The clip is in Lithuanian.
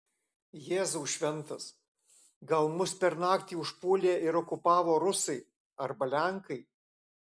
jėzau šventas gal mus per naktį užpuolė ir okupavo rusai arba lenkai